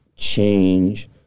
change